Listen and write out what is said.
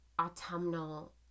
autumnal